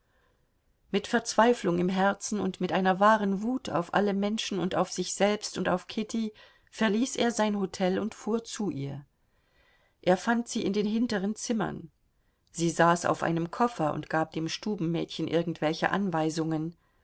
mit verzweiflung im herzen und mit einer wahren wut auf alle menschen und auf sich selbst und auf kitty verließ er sein hotel und fuhr zu ihr er fand sie in den hinteren zimmern sie saß auf einem koffer und gab dem stubenmädchen irgendwelche anweisungen